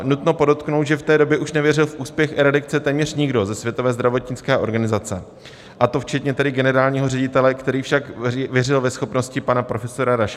Nutno podotknout, že v té době už nevěřil v úspěch eradikace téměř nikdo ze Světové zdravotnické organizace, a to včetně generálního ředitele, který však věřil ve schopnosti pana profesora Rašky.